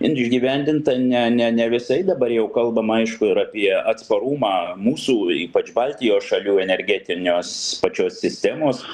in išgyvendinta ne ne ne visai dabar jau kalbam aišku ir apie atsparumą mūsų ypač baltijos šalių energetinės pačios sistemos